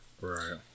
Right